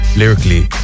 lyrically